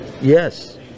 Yes